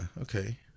Okay